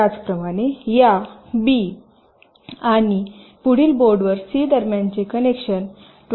त्याचप्रमाणे या बी आणि पुढील बोर्डवर सी दरम्यानचे कनेक्शन 20 एक्स असू शकते